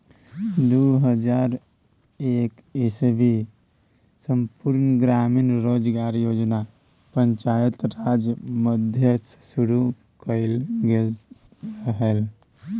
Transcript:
दु हजार एक इस्बीमे संपुर्ण ग्रामीण रोजगार योजना पंचायती राज माध्यमसँ शुरु कएल गेल रहय